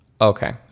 Okay